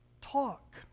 Talk